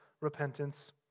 repentance